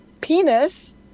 penis